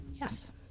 Yes